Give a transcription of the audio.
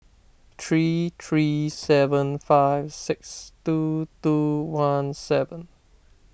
three three seven five six two two one one seven